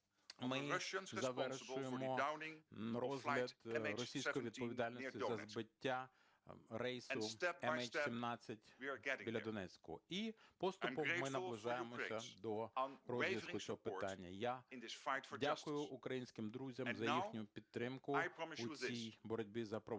ми завершуємо розгляд російської відповідальності за збиття рейсу МН17 біля Донецька, і поступом ми наближаємося до розв'язку цього питання. Я дякую українським друзям за їхню підтримку у цій боротьбі за правосуддя.